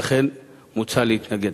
ולכן מוצע להתנגד.